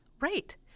Right